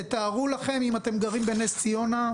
אם אתם גרים בנס ציונה,